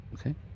Okay